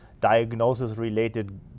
diagnosis-related